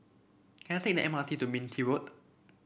can I take the M R T to Minto Road